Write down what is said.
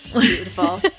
beautiful